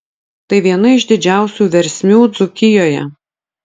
tai viena iš didžiausių versmių dzūkijoje